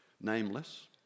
nameless